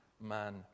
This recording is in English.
man